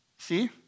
See